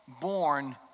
born